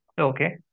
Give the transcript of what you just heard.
Okay